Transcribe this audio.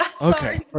Okay